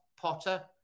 Potter